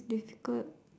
difficult